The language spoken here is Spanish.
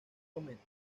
comenta